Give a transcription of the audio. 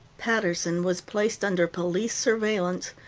paterson was placed under police surveillance,